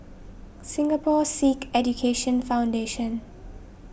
Singapore Sikh Education Foundation